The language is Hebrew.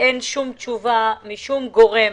אין שום תשובה משום גורם